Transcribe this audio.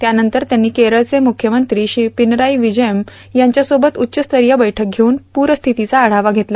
त्यानंतर त्यांनी केरळचे मुख्यमंत्री श्री पिनराई विजयम यांच्यासोबत उच्चस्तरीय बैठक घेऊन पूरस्थितीचा आढावा घेतला